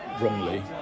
wrongly